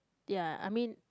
ya I mean